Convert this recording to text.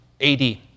AD